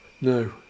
no